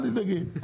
אל תדאגי,